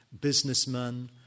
businessman